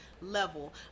level